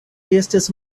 estis